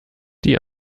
die